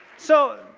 so,